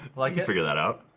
like you figure that out.